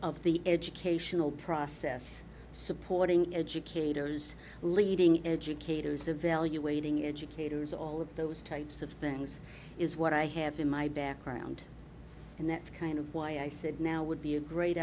of the educational process supporting educators leading educators evaluating educators all of those types of things is what i have in my background and that's kind of why i said now would be a great